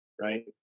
right